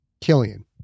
Killian